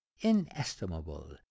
Inestimable